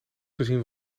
gezien